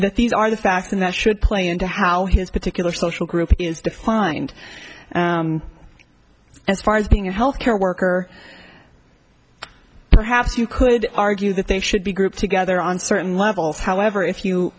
that these are the facts and that should play into how his particular social group is defined as far as being a health care worker perhaps you could argue that they should be grouped together on certain levels however if you